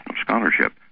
scholarship